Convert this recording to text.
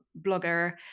blogger